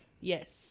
Yes